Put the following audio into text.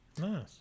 Nice